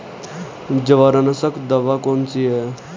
जवारनाशक दवा कौन सी है?